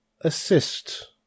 assist